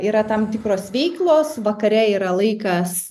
yra tam tikros veiklos vakare yra laikas